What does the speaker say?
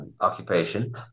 occupation